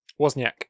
Wozniak